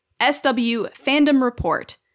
SWFandomReport